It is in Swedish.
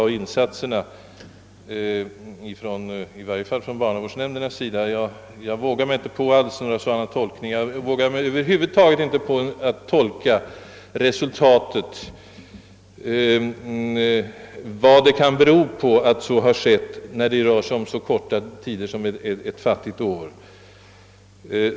I varje fall kan jag inte tolka detta förhållande så, att det är ett resultat av insatserna från barnavårdsnämnderna. Jag vågar mig över huvud taget inte på att göra några tolkningar och säga vad det kan bero på att en viss nedgång har skett, när siffrorna bara omfattar en så kort tid som ett enda år.